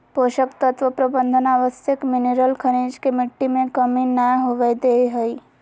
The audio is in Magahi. पोषक तत्व प्रबंधन आवश्यक मिनिरल खनिज के मिट्टी में कमी नै होवई दे हई